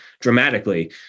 dramatically